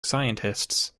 scientists